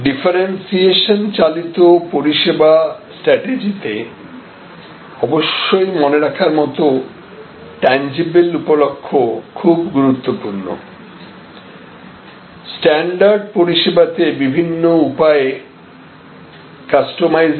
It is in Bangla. ডিফারেন্সিয়েশন চালিত পরিষেবা স্ট্রাটেজিতে অবশ্যই মনে রাখার মতো টেনজিবিল উপলক্ষ খুব গুরুত্বপূর্ণ স্ট্যান্ডার্ড পরিষেবাতে বিভিন্ন উপায়ে কাস্টমাইজিং করা